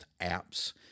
apps